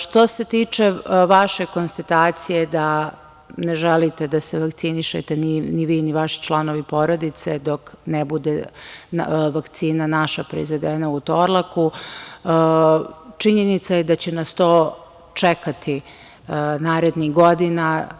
Što se tiče vaše konstatacije da ne želite da se vakcinišete ni vi, ni vaši članovi porodice dok ne bude naša vakcina proizvedena u „Torlaku“, činjenica je da će nas to čekati narednih godina.